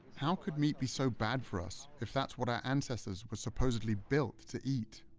how could meat be so bad for us if that's what our ancestors were supposedly built to eat?